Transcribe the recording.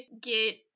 get